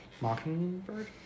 Mockingbird